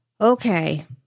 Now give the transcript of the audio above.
Okay